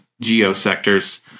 geo-sectors